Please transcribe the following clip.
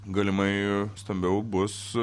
galimai stambiau bus